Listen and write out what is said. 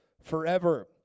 forever